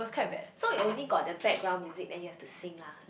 so you only got the background music then you have to sing lah